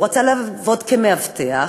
הוא רצה לעבוד כמאבטח,